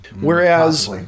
Whereas